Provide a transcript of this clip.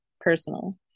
Personal